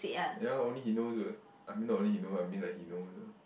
ya only he knows what I mean not only he know ah I mean he knows ah